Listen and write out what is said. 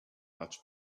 much